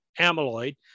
amyloid